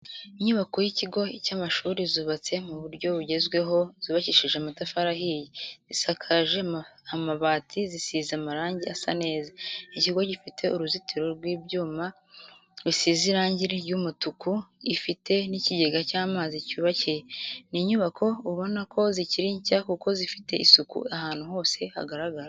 Inyubako y'ikigo cy'amashuri zubatse mu buryo bugezweho zubakishije amatafari ahiye, zisakaje amabati zisize amarange asa neza, ikigo gifite uruzitiro rw'ibyuma bisize irangi ry'umutuku, ifite n'ikigega cy'amazi cyubakiye. ni inyubako ubona ko zikiri nshya kuko zifite isuku ahantu hose hagaragara.